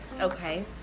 Okay